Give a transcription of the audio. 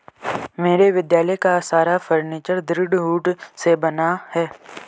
मेरे विद्यालय का सारा फर्नीचर दृढ़ वुड से बना है